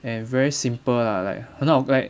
and very simple lah like 很好 like